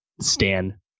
Stan